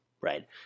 right